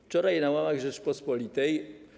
Wczoraj na łamach „Rzeczypospolitej”